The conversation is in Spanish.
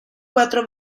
cuatro